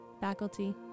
faculty